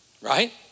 right